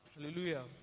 Hallelujah